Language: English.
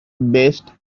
best